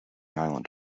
island